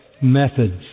methods